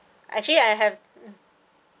actually I have mm